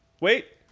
Wait